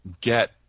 Get